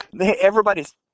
Everybody's